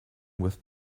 with